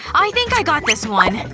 i think i got this one,